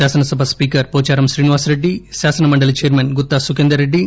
శాసనసభ స్పీకర్ పోచారం శ్రీనివాసరెడ్డి శాసనమండలి చైర్మన్ గుత్తా సుఖేందర్ రెడ్డి